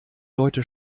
leute